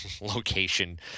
location